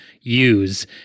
use